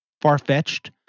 far-fetched